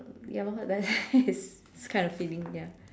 ya lor that that is kind of filling ya